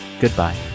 goodbye